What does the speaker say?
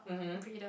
mmhmm